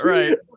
Right